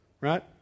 Right